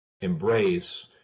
embrace